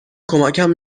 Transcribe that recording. کمکم